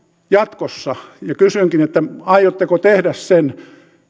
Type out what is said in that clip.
jatkossa ja kysynkin aiotteko tehdä sen